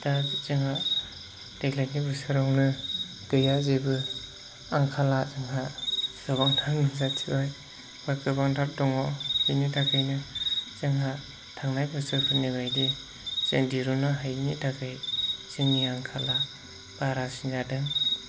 दा जोंहा देग्लायनि बोसोरावनो गैया जेबो आंखाला जोंहा गोबांथार नुजाथिबाय एबा गोबांथार दङ बिनि थाखायनो जोंहा थांनाय बोसोरफोरनिबायदि जों दिहुननो हायिनि थाखाय जोंनि आंखाला बारासिन जादों